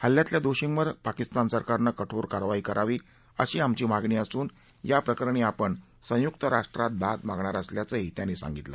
हल्ल्यातल्या दोषींवर पाकिस्तान सरकारनं कठोर कारवाई करावी अशी आमची मागणी असून या प्रकरणी आपण संयुक्त राष्ट्रांत दाद मागणार असल्याचंही त्यांनी सांगितलं